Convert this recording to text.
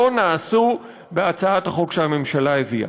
לא נעשו בהצעת החוק שהממשלה הביאה.